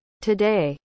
Today